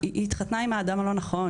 היא התחתנה עם האדם הלא נכון,